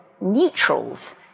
neutrals